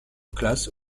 classe